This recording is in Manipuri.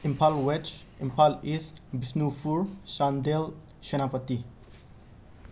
ꯏꯝꯐꯥꯜ ꯋꯦꯠꯁ ꯏꯝꯐꯥꯜ ꯏꯁꯠ ꯕꯤꯁꯅꯨꯄꯨꯔ ꯆꯥꯟꯗꯦꯜ ꯁꯦꯅꯥꯄꯇꯤ